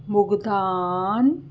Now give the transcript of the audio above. ਭੁਗਤਾਨ